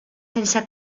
sense